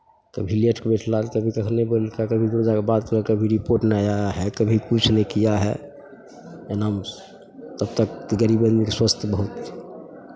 कभी लेटकेँ बैठला कभी कखनहि बन्द कए कऽ कभी कोइ तरहके बात नहि कभी रिपोर्ट नहि आया है कभी किछु नहि किया है एनामे तब तक गरीब आदमीके स्वास्थ बहुत